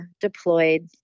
deployed